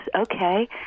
okay